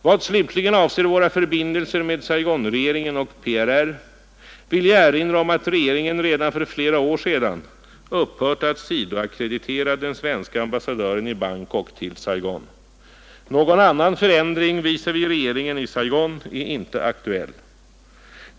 Vad slutligen avser våra förbindelser med Saigonregeringen och PRR vill jag erinra om att regeringen redan för flera år sedan upphört att sidoackreditera den svenske ambassadören i Bangkok till Saigon. Någon annan förändring vis-å—vis regeringen i Saigon är inte aktuell.